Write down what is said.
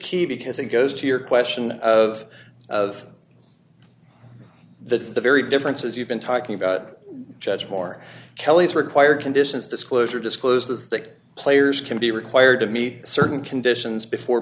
key because it goes to your question of the very differences you've been talking about judge moore kelly's required conditions disclosure disclose that players can be required to meet certain conditions before